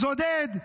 אז עודד,